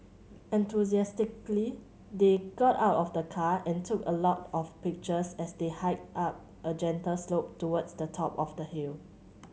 enthusiastically they got out of the car and took a lot of pictures as they hiked up a gentle slope towards the top of the hill